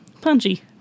Punchy